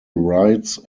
rides